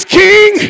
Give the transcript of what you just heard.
king